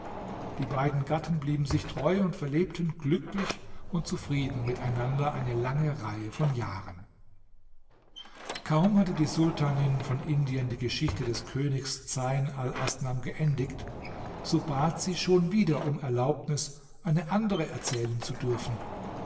die beiden gatten blieben sich treu und verlebten glücklich und zufrieden miteinander eine lange reihe von jahren kaum hatte die sultanin von indien die geschichte des königs zeyn alasnam geendigt so bat sie schon wieder um erlaubnis eine andere erzählen zu dürfen